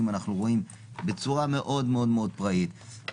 אנחנו רואים בצורה מאוד מאוד פראית.